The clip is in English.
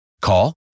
Call